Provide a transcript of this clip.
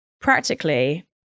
practically